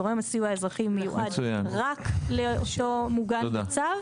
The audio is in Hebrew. גורם סיוע אזרחי מיוחד רק לאותו מוגן בצו.